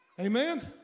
Amen